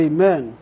Amen